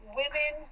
women